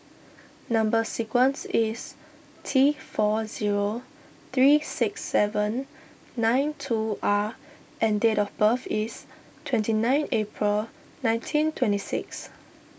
Number Sequence is T four zero three six seven nine two R and date of birth is twenty nine April nineteen twenty six